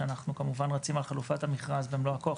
שאנחנו כמובן רצים על חלופת המכרז במלוא הכוח,